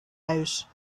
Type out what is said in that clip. out